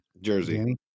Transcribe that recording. Jersey